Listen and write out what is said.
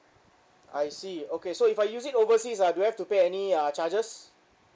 I see okay so if I use it overseas uh do I have to pay any uh charges